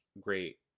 great